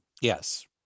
yes